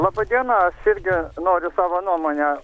laba diena aš irgi noriu savo nuomonę